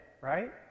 right